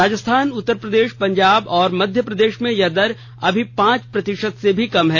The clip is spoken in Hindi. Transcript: राजस्थान उत्त्तरप्रदेश पंजाब और मध्यप्रदेश में यह दर अभी पांच प्रतिशत से भी कम है